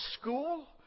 school